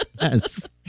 Yes